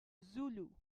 zulu